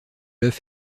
œuf